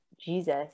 Jesus